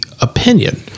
opinion